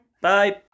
Bye